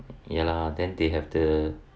ya lah then they have the